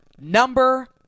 number